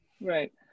Right